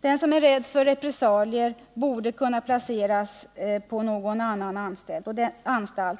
Den som är rädd för repressalier borde kunna placeras på någon annan anstalt.